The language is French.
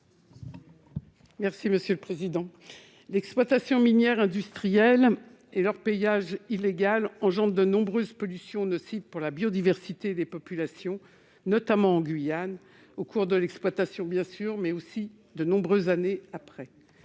Mme Raymonde Poncet Monge. L'exploitation minière industrielle et l'orpaillage illégal engendrent de nombreuses pollutions nocives pour la biodiversité et les populations, notamment en Guyane, au cours de l'exploitation, mais aussi de nombreuses années après